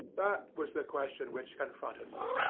that was the question which confronted me.